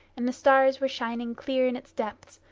and the stars were shining clear in its depths,